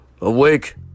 awake